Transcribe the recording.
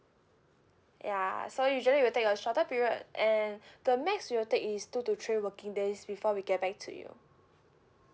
ya so usually we'll take a shorter period and the max it will take is two to three working days before we get back to you